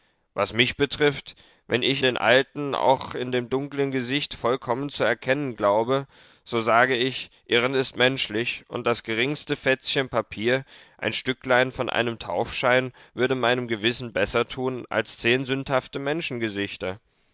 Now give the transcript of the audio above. was mich betrifft wenn ich den alten auch in dem dunklen gesicht vollkommen zu erkennen glaube so sage ich irren ist menschlich und das geringste fetzchen papier ein stücklein von einem taufschein würde meinem gewissen besser tun als zehn sündhafte